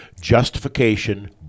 justification